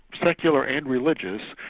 secular and religious,